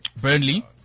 Burnley